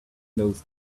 those